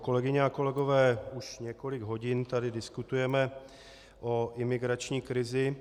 Kolegyně a kolegové, už několik hodin tady diskutujeme o imigrační krizi.